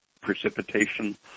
precipitation